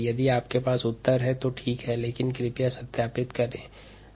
यदि आपके पास यह उत्तर है तो ठीक है लेकिन कृपया पुनः सत्यापित करें